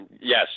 yes